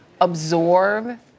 absorb